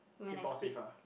impulsive ah